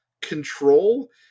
control